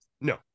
No